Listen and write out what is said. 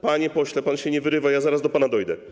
Panie pośle, pan się nie wyrywa, zaraz do pana dojdę.